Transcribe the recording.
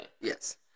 Yes